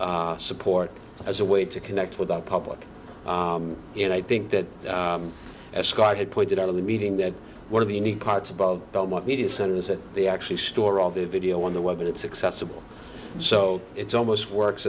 cable support as a way to connect with the public and i think that as scott had pointed out of the meeting that one of the unique parts above belmont media centers that they actually store all the video on the web and it's accessible so it's almost works